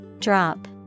Drop